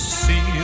see